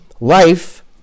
life